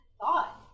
thought